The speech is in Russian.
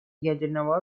ядерного